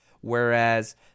whereas